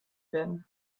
werden